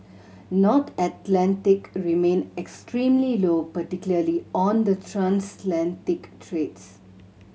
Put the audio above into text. North Atlantic remained extremely low particularly on the transatlantic trades